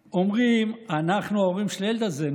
אומרים: אנחנו ההורים של הילד הזה.